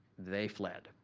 they fled.